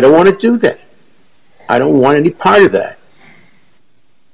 don't want to do that i don't want to be part of that